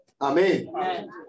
Amen